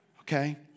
okay